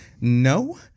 no